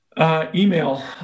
Email